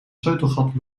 sleutelgat